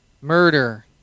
murder